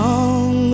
Long